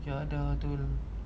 macam ada betul